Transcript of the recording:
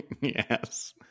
Yes